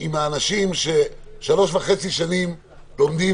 עם האנשים ששלוש שנים וחצי לומדים,